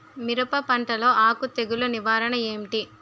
మిరప పంటలో ఆకు తెగులు నివారణ ఏంటి?